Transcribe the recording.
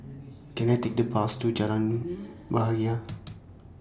Can I Take The Bus to Jalan Bahagia